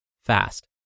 fast